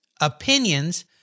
opinions